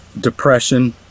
Depression